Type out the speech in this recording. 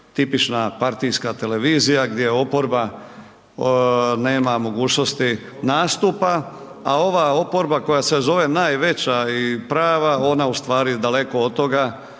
tipična partijska televizija gdje oporba nema mogućnosti nastupa, a ova oporba koja se zove najveća i prava ona ustvari daleko od toga,